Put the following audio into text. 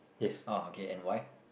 oh okay and why